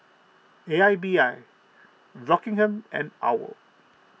A I B I Rockingham and Owl